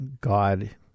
God